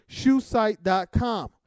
Shoesite.com